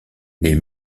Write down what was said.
les